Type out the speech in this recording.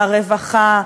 הרווחה,